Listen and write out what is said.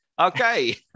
Okay